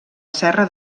serra